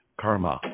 Karma